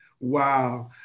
Wow